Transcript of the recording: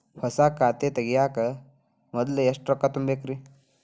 ಹೊಸಾ ಖಾತೆ ತಗ್ಯಾಕ ಮೊದ್ಲ ಎಷ್ಟ ರೊಕ್ಕಾ ತುಂಬೇಕ್ರಿ?